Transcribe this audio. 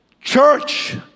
church